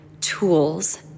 tools